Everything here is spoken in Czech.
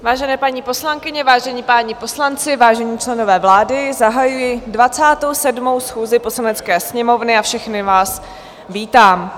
Vážené paní poslankyně, vážení páni poslanci, vážení členové vlády, zahajuji 27. schůzi Poslanecké sněmovny a všechny vás vítám.